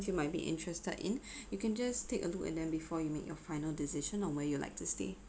you might be interested in you can just take a look and then before you make your final decision on where you'd like to stay